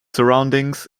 surroundings